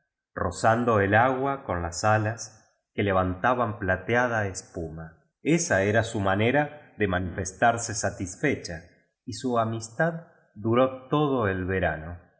rozando tí agua con las alas que levantaban plateada espuma esa era su manera de manifes tarse satis lecha y su amistad duró todo el verano es